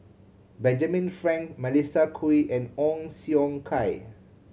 Benjamin Frank Melissa Kwee and Ong Siong Kai